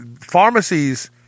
Pharmacies